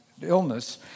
illness